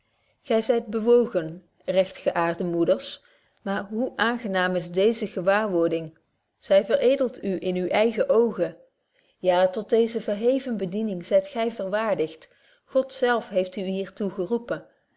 gy zyt bewogen rechtgeäarte moeders maar hoe aangenaam is deeze gewaarwording zy verëdeld u in uwe eigen oogen ja tot deeze verheven bediening zyt gy verwaardigd god zelf heeft u hier toe